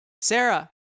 Sarah